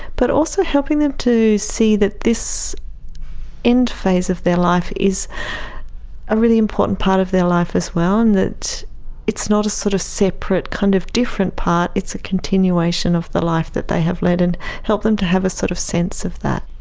but also helping them to see that this end phase of their life is a really important part of their life as well, and that it's not a sort of separate kind of different part, it's a continuation of the life that they have led, and help them to have a sort of sense of that.